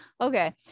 okay